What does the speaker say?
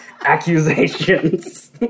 accusations